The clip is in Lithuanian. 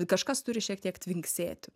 kažkas turi šiek tiek tvinksėti